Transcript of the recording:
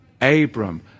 Abram